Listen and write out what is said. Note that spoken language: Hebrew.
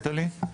נטעלי?